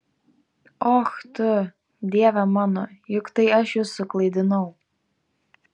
och tu dieve mano juk tai aš jus suklaidinau